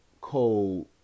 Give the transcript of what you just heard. cold